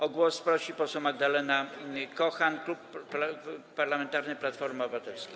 O głos prosi poseł Magdalena Kochan, Klub Parlamentarny Platforma Obywatelska.